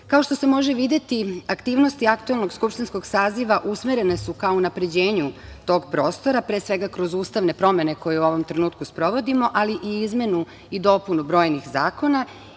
što se može vide, aktivnosti aktuelnog skupštinskog saziva usmerene su ka unapređenju tog prostora, pre svega kroz ustavne promene, koje u ovom trenutku sprovodimo, ali i izmenu i dopunu brojnih zakona. Njihov